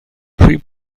prif